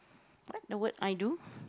what the work I do